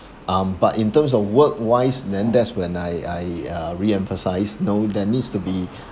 um but in terms of work wise then that's when I I uh reemphasize you know there needs to be